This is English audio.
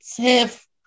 tiff